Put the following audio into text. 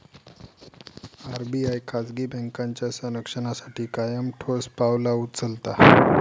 RBI खाजगी बँकांच्या संरक्षणासाठी कायम ठोस पावला उचलता